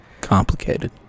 Complicated